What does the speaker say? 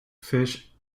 fish